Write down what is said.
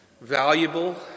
valuable